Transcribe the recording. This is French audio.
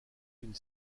une